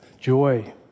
Joy